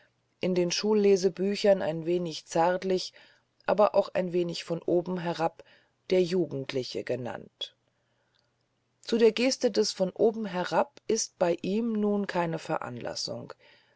in den schullesebüchern ein wenig zärtlich aber auch ein wenig von oben herab der jugendliche genannt zu der geste des von oben herab ist bei ihm nun keine veranlassung